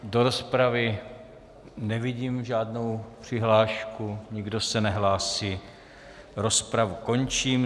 Do rozpravy nevidím žádnou přihlášku, nikdo se nehlásí, rozpravu končím.